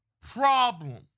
problem